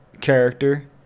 character